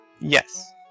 Yes